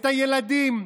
את הילדים,